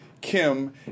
Kim